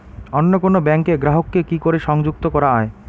অন্য কোনো ব্যাংক গ্রাহক কে কি করে সংযুক্ত করা য়ায়?